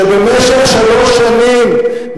שבמשך שלוש שנים,